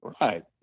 Right